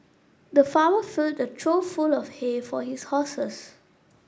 the farmer filled a trough full of hay for his horses